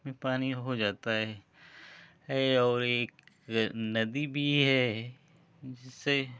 पानी हो जाता है है और एक नदी भी है जिससे